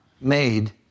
made